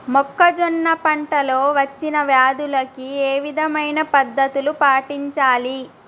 మొక్కజొన్న పంట లో వచ్చిన వ్యాధులకి ఏ విధమైన పద్ధతులు పాటించాలి?